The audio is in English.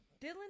Dylan